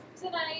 tonight